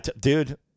Dude